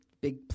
big